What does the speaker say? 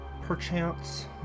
perchance